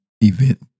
event